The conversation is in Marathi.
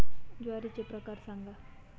ज्वारीचे प्रकार सांगा